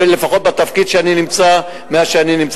לפחות מאז אני נמצא בתפקיד,